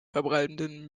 verbleibenden